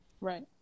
Right